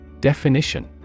Definition